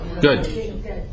Good